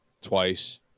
twice